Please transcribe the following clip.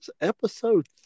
episode